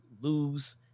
lose